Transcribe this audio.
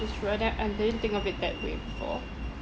that's true adapt I didn't think of it that way before